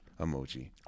emoji